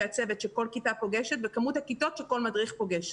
הצוות שכל כיתה פוגשת וכמות הכיתות שכל מדריך פוגש.